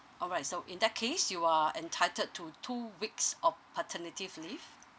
alright so in that case you are entitled to two weeks of paternity leave